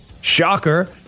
Shocker